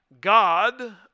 God